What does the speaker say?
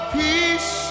peace